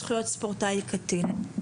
זכויות ספורטאי קטין).